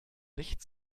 nicht